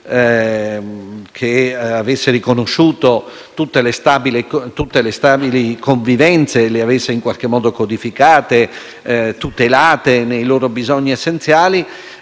che avesse riconosciuto tutte le stabili convivenze e le avesse in qualche modo codificate e tutelate nei loro bisogni essenziali.